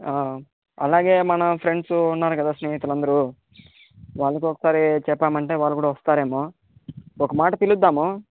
అలాగే మన ఫ్రెండ్స్ ఉన్నారు కదా స్నేహితులందరూ వాళ్ళకి ఒకసారి చెప్పామంటే వాళ్ళు కూడా వస్తారేమో ఒక మాటు పిలుద్దాము